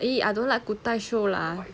!ee! I don't like 古代 show lah